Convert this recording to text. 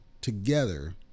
together